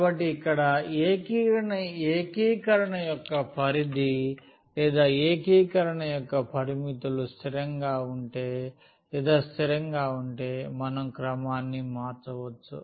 కాబట్టి ఇక్కడ ఏకీకరణ యొక్క పరిధి లేదా ఏకీకరణ యొక్క పరిమితులు స్థిరంగా ఉంటే లేదా స్థిరంగా ఉంటే మనం క్రమాన్ని మార్చవచ్చు